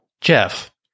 Jeff